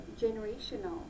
generational